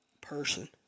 person